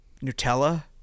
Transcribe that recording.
Nutella